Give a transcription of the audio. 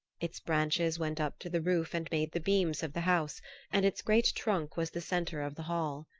its branches went up to the roof and made the beams of the house and its great trunk was the center of the hall.